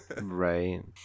Right